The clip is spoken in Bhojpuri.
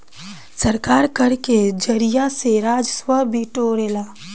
सरकार कर के जरिया से राजस्व बिटोरेला